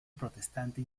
protestante